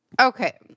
Okay